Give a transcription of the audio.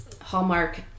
Hallmark